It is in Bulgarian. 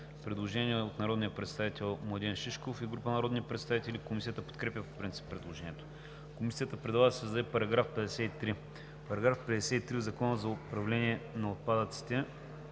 Предложение от народния представител Младен Шишков и група народни представители. Комисията подкрепя по принцип предложението. Комисията предлага да се създаде § 53: „§ 53. В Закона за управление на отпадъците